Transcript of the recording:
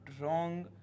wrong